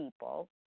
people